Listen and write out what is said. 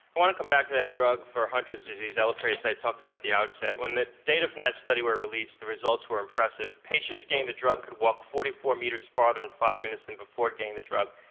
want to come back to that drug for hunter's disease, elaprase, i talked about at the outset. when that data from that study were released, the results were impressive. patients getting the drug could walk forty four meters farther in five minutes than before getting the drug.